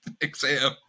exam